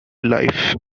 life